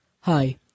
Hi